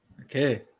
okay